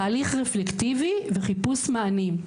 תהליך רפלקטיבי וחיפוש מענים.